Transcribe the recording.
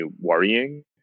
worrying